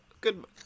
good